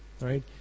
right